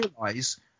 realize